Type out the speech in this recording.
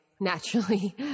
naturally